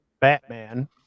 Batman